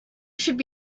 should